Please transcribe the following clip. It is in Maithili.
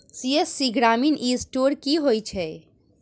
सी.एस.सी ग्रामीण ई स्टोर की होइ छै?